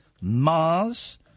Mars